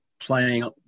Playing